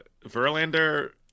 Verlander